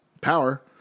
power